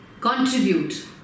Contribute